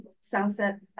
sunset